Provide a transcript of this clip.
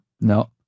no